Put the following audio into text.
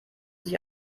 sich